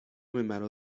مرا